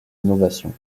innovations